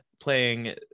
playing